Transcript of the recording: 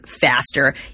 faster